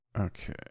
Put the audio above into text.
Okay